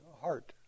heart